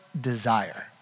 desire